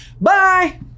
bye